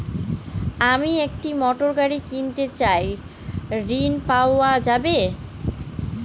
আমি একটি মোটরগাড়ি কিনতে চাই ঝণ পাওয়া যাবে?